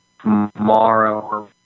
tomorrow